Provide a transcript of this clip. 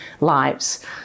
lives